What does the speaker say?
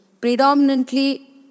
predominantly